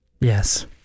Yes